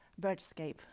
birdscape